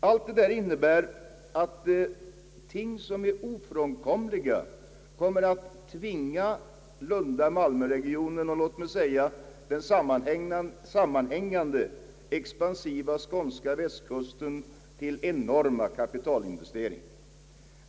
Allt detta innebär att ting som är ofrånkomliga kommer att tvinga Malmö— Lund-regionen, och låt mig säga hela den sammanhängande expansiva skånska västkusten, till enorma kapitalinvesteringar.